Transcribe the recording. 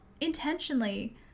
intentionally